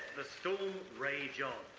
the storm rage on.